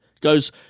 goes